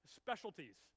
specialties